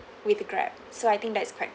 with the Grab so I think that's quite